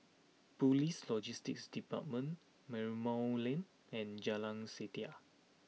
Police Logistics Department Merlimau Lane and Jalan Setia